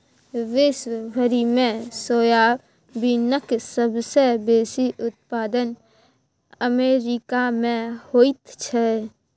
विश्व भरिमे सोयाबीनक सबसे बेसी उत्पादन अमेरिकामे होइत छै